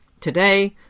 Today